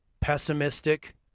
pessimistic